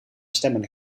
stemmen